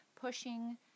pushing